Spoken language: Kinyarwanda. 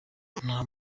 nta